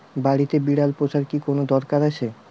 বাড়িতে বিড়াল পোষার কি কোন দরকার আছে?